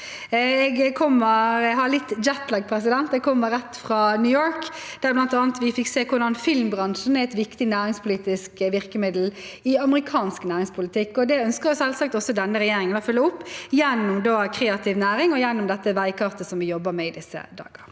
Jeg har litt jetlag, for jeg kommer rett fra New York, der vi bl.a. fikk se hvordan filmbransjen er et viktig næringspolitisk virkemiddel i amerikansk næringspolitikk. Det ønsker selvsagt også denne regjeringen å følge opp gjennom kreativ næring og gjennom dette veikartet som vi jobber med i disse dager.